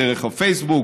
דרך הפייסבוק,